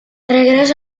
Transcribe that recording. regreso